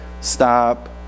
stop